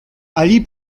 allí